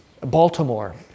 Baltimore